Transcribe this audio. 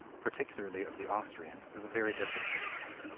particularly of the austrian, is very different from this.